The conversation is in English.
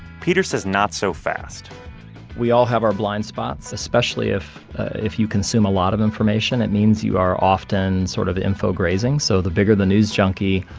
peter says not so fast we all have our blind spots. especially if if you consume a lot of information, it means you are often sort of info grazing. so the bigger the news junkie,